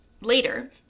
later